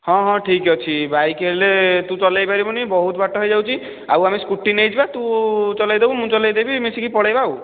ହଁ ହଁ ଠିକ୍ ଅଛି ବାଇକ୍ ହେଲେ ତୁ ଚଲେଇପାରିବୁନି ବହୁତ ବାଟ ହୋଇଯାଉଛି ଆଉ ଆମେ ସ୍କୁଟି ନେଇଯିବା ତୁ ଚଲେଇଦେବୁ ମୁଁ ଚଲେଇଦେବି ମିଶିକି ପଳେଇବା ଆଉ